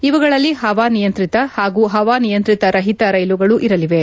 ಇವುಗಳಲ್ಲಿ ಹವಾನಿಯಂತ್ರಿತ ಹಾಗೂ ಹವಾನಿಯಂತ್ರಣ ರಹಿತ ರೈಲುಗಳು ಇರಲಿವೆ